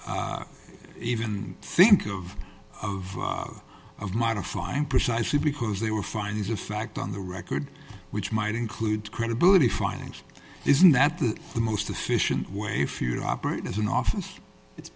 even think of of of modifying precisely because they were findings of fact on the record which might include credibility findings isn't that the the most efficient way if you operate as an office it's